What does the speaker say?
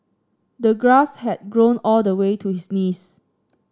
the grass had grown all the way to his knees